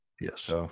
Yes